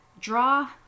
Draw